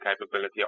capability